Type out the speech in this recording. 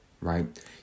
right